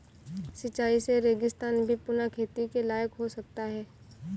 सिंचाई से रेगिस्तान भी पुनः खेती के लायक हो सकता है